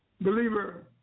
Believer